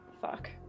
fuck